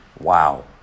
Wow